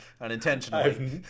unintentionally